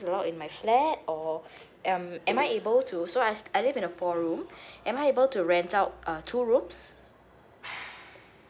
allow in my flat or um am I able to so I I live in a four room am I able to rent out uh two rooms